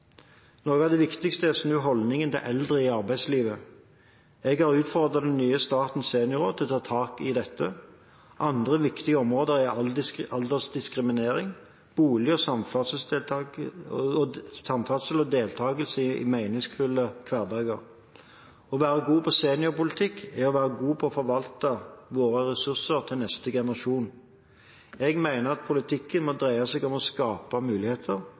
Noe av det viktigste er å snu holdningen til eldre i arbeidslivet. Jeg har utfordret det nye Statens seniorråd til å ta tak i dette. Andre viktige områder er aldersdiskriminering, boliger og samferdsel, deltakelse og meningsfulle hverdager. Å være god på seniorpolitikk er å være god på å forvalte våre ressurser til neste generasjon. Jeg mener at politikken må dreie seg om å skape muligheter,